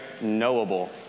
knowable